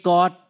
God